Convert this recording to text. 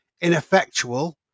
ineffectual